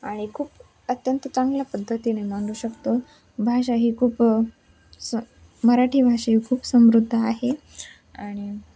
आणि खूप अत्यंत चांगल्या पद्धतीने मांडू शकतो भाषा ही खूप स मराठी भाषा ही खूप समृद्ध आहे आणि